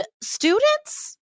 students